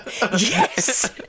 Yes